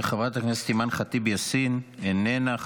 חברת הכנסת אימאן ח'טיב יאסין, איננה.